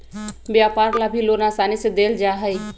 व्यापार ला भी लोन आसानी से देयल जा हई